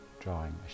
drawing